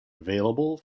available